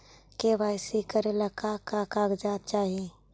KYC करे ला का का कागजात चाही?